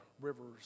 rivers